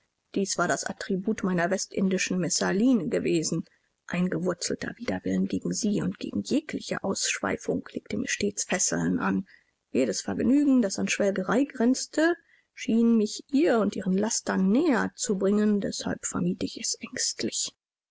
dies war das attribut meiner westindischen messaline gewesen eingewurzelter widerwille gegen sie und gegen jegliche ausschweifung legte mir stets fesseln an jedes vergnügen das an schwelgerei grenzte schien mich ihr und ihren lastern näher zu bringen deshalb vermied ich es ängstlich